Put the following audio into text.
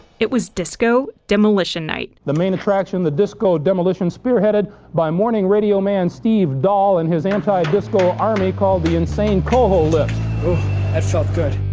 it was disco demolition night. the main attraction, the disco demolition, spearheaded by morning radio man steve dahl and his anti-disco army called the insane coho lips. ooh. that felt good.